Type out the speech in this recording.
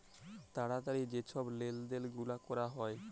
তাড়াতাড়ি যে ছব লেলদেল গুলা ক্যরা হ্যয়